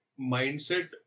mindset